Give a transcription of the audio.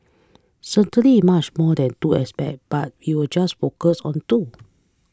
certainly much more than two aspect but we'll just focus on two